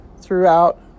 throughout